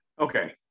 Okay